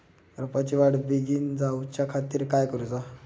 रोपाची वाढ बिगीन जाऊच्या खातीर काय करुचा?